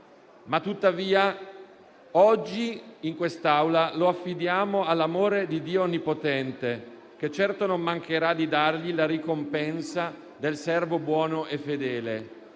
Tuttavia, oggi in quest'Aula lo affidiamo all'amore di Dio onnipotente, che certo non mancherà di dargli la ricompensa del servo buono e fedele.